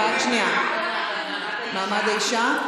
למעמד האישה.